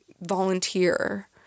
volunteer